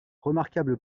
remarquable